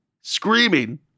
screaming